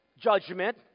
judgment